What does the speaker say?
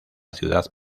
ciudad